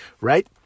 right